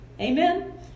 Amen